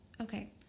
Okay